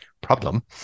problem